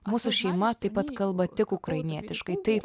mūsų šeima taip pat kalba tik ukrainietiškai tai